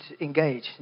engage